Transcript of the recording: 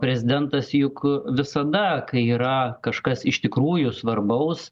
prezidentas juk visada kai yra kažkas iš tikrųjų svarbaus